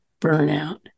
burnout